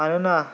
मानोना